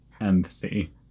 empathy